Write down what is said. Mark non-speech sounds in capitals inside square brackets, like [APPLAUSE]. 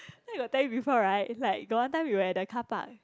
[BREATH] you know I got tell you before right it's like got one time we were at the carpark